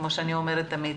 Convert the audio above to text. כמו שאני אומרת תמיד,